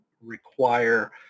require